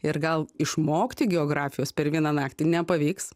ir gal išmokti geografijos per vieną naktį nepavyks